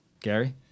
Gary